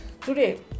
today